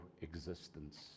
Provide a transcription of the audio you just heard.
existence